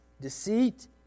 deceit